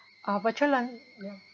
ah virtual learning mm